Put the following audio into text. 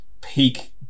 peak